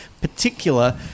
particular